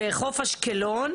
בחוף אשקלון.